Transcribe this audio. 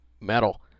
metal